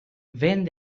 vent